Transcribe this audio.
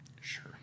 Sure